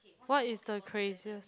what is the craziest